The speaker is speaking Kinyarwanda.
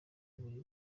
buri